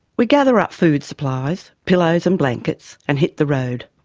we gather up food supplies, pillows and blankets and hit the road.